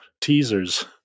teasers